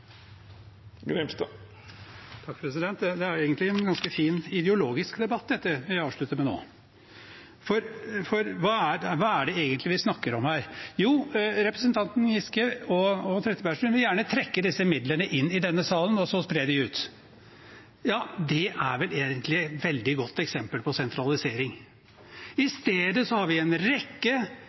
ganske fin ideologisk debatt vi avslutter med nå, for hva er det egentlig vi snakker om her? Jo, representantene Giske og Trettebergstuen vil gjerne trekke disse midlene inn i denne salen og så spre dem ut. Det er vel egentlig et veldig godt eksempel på sentralisering. I stedet har vi en rekke